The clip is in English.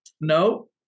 No